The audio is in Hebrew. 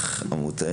קצב,